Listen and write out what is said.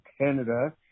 Canada